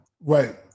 right